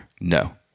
no